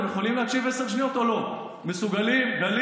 אתם יכולים להקשיב עשר שניות או לא?